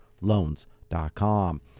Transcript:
loans.com